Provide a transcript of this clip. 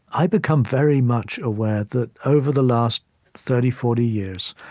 i become very much aware that over the last thirty, forty years,